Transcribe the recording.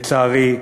לצערי,